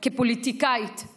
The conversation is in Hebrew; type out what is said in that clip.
כפוליטיקאית,